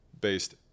based